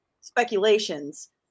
speculations